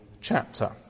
chapter